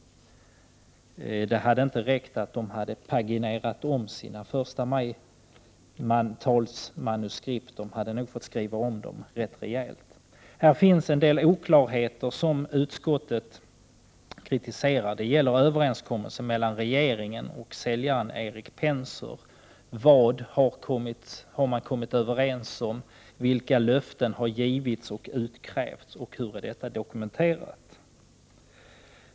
Det hade inte räckt med att de hade paginerat om sina förstamajtalsmanuskript, utan de hade nog fått skriva om dessa rätt rejält. Det finns här en del oklarheter som utskottet kritiserar. De gäller överenskommelsen mellan regeringen och säljaren, Erik Penser. Vad har man kommit överens om, vilka löften har givits och utkrävts och hur är detta dokumenterat?